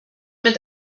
mit